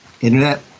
internet